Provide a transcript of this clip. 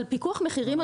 אבל פיקוח מחירים,